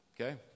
Okay